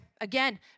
again